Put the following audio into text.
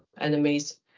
enemies